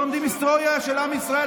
לא לומדים היסטוריה של עם ישראל.